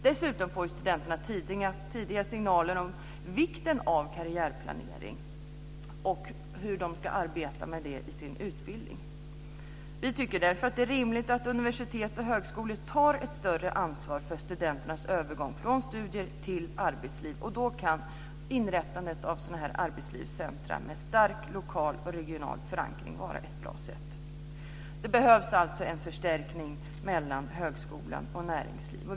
Dessutom får studenterna tidiga signaler om vikten av karriärplanering och om hur de ska arbeta med sådan i sin utbildning. Vi tycker därför att det är rimligt att universitet och högskolor tar ett större ansvar för studenternas övergång från studier till arbetsliv. Då kan inrättandet av sådana här arbetslivscentrum med stark lokal och regional förankring vara ett bra sätt. Det behövs en förstärkning av kopplingen mellan högskola och näringsliv.